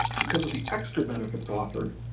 because of the extra benefits offered,